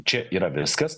čia yra viskas